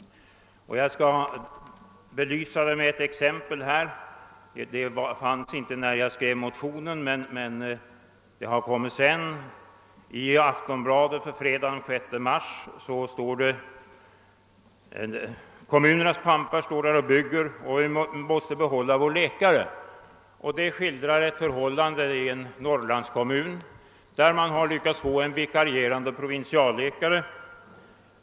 Jag skall belysa det med ett exempel. Det fanns inte, när jag skrev motionen, utan det har tillkommit sedan dess. I Aftonbladet för fredagen den 6 mars finns en artikel med följande rubriker: »Kommunens pampar står där och bygger. Vi måste behålla vår läkare.» I artikeln skildras förhållandena i en norrlandskommun, där man har lyckats få en vikarierande provinsialläkare.